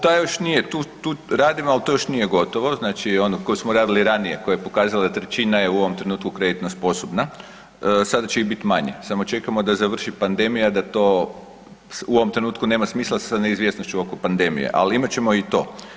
Taj još nije tu, tu radimo, ali to još nije gotovo, znači ono koje smo radili ranije, koje je pokazala da je trećina u ovom trenutku je kreditno sposobna, sada će ih biti manje, samo čekamo da završi pandemija da to u ovom trenutku nema smisla sa neizvjesnošću oko pandemije, ali imat ćemo i to.